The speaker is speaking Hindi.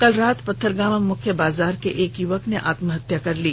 कल रात पथरगामा मुख्य बाजार के एक युवक ने आत्महत्या कर ली